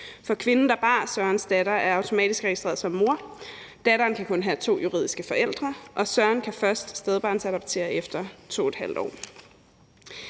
For kvinden, der bar Sørens datter, er automatisk registreret som mor, og datteren kan kun have to juridiske forældre, og Søren kan først stedbarnsadoptere efter 2½ år.